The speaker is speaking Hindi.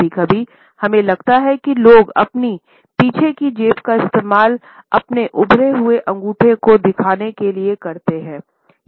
कभी कभी हमें लगता है कि लोग अपनी पीछे की जेब का इस्तेमाल अपने उभरे हुए अंगूठे को दिखाने के लिए करते हैं